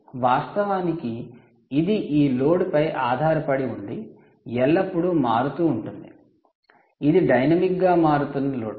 వాస్తవానికి ఇది ఈ లోడ్ పై ఆధారపడి ఉండి ఎల్లప్పుడూ మారుతూ ఉంటుంది ఇది డైనమిక్ గా మారుతున్న లోడ్